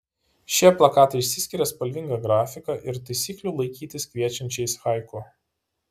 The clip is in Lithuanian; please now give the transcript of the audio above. šie plakatai išsiskiria spalvinga grafika ir taisyklių laikytis kviečiančiais haiku